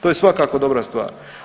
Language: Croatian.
To je svakako dobra stvar.